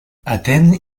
atén